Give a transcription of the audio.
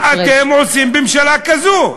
מה אתם עושים בממשלה כזו?